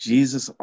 Jesus